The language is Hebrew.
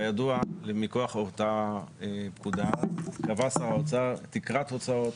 כידוע מכוח אותה פקודה קבע שר האוצר תקרת הוצאות,